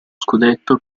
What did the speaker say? scudetto